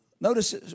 Notice